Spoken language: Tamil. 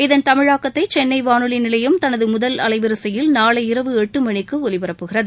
இதன் தமிழாக்கத்தை சென்னை வானொலி நிலையம் தனது முதல் அலைவரிசையில் நாளை இரவு எட்டுமணிக்கு ஒலிபரப்புகிறது